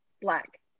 black